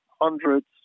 hundreds